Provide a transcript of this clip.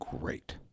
great